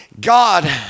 God